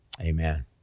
Amen